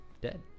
dead